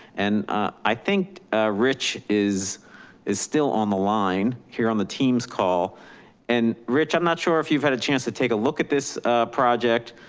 and i think rich is is still on the line here on the teams call and rich, i'm not sure if you've had a chance to take a look at this project